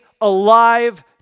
alive